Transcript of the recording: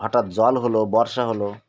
হঠাৎ জল হলো বর্ষা হলো